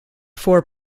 four